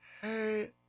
hey